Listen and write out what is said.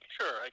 Sure